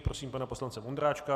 Prosím pana poslance Vondráčka.